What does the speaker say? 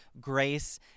grace